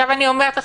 אני אומר לך,